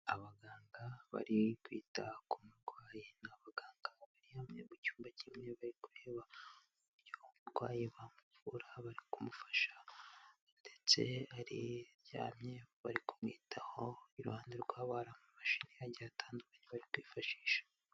Abaganga bari kwita ku murwayi n'abaganga baryamye mu cyumba kimwe bari kureba uburyo umurwayi bamuvura, bari kumufasha ndetse aryamye bari kumwitaho, iruhande rwabo hari amamashini agiye atandukanye bari kwifashisha.